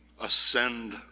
ascend